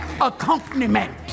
accompaniment